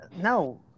No